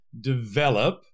develop